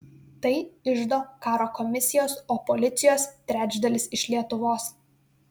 tai iždo karo komisijos o policijos trečdalis iš lietuvos